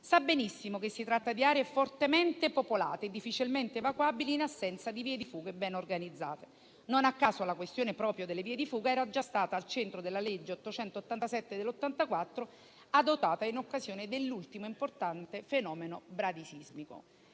sa benissimo che si tratta di aree fortemente popolate e difficilmente evacuabili in assenza di vie di fuga ben organizzate. Non a caso, la questione proprio delle vie di fuga era già stata al centro della legge n. 887 del 1984, adottata in occasione dell'ultimo importante fenomeno bradisismico.